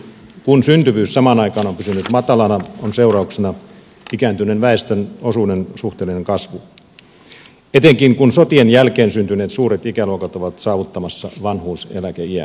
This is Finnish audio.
kun syntyvyys samaan aikaan on pysynyt matalana on seurauksena ikääntyneen väestön osuuden suhteellinen kasvu etenkin kun sotien jälkeen syntyneet suuret ikäluokat ovat saavuttamassa vanhuuseläkeiän